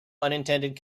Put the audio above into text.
unintended